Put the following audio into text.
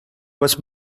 was